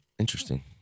Interesting